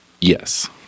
Yes